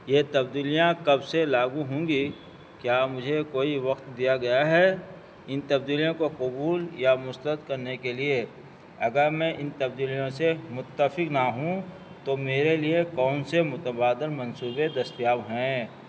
یہ تبدیلیاں کب سے لاگو ہوں گی کیا مجھے کوئی وقت دیا گیا ہے ان تبدیلیوں کو قبول یا مسترد کرنے کے لیے اگر میں ان تبدیلیوں سے متفق نہ ہوں تو میرے لیے کون سے متبادل منصوبے دستیاب ہیں